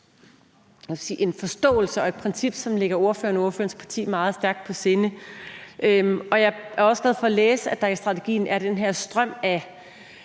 en forståelse og et princip, som ligger ordføreren og ordførerens parti meget stærkt på sinde. Jeg er også glad for at læse, at der i strategien er den her strøm af